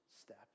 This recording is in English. step